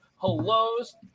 hellos